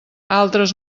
altres